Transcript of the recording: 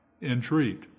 entreat